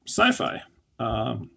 sci-fi